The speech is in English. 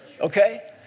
Okay